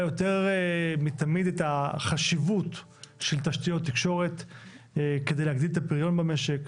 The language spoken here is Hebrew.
יותר מתמיד את החשיבות של תשתיות תקשורת כדי להגדיל את הפריון במשק,